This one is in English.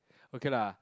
okay lah